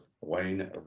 Wayne